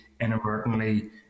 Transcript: inadvertently